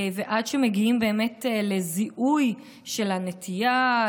ועד שמגיעים לזיהוי של הנטייה,